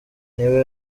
niba